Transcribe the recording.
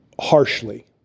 harshly